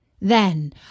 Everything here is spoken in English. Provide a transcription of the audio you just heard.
Then